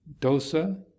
dosa